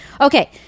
okay